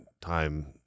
time